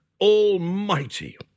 almighty